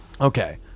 Okay